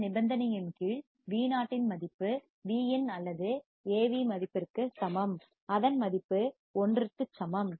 இந்த நிபந்தனையின் கீழ் Vo இன் மதிப்பு Vin அல்லது Av மதிப்பிற்கு சமம் அதன் மதிப்பு ஒன்றிற்கு சமம்